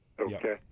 okay